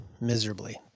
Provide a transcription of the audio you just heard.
miserably